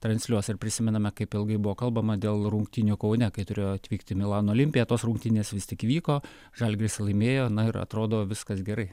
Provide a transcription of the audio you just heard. transliuos ir prisimename kaip ilgai buvo kalbama dėl rungtynių kaune kai turėjo atvykti milano olimpija rungtynės vis tik įvyko žalgiris laimėjo na ir atrodo viskas gerai